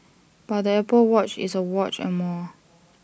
but the Apple watch is A watch and more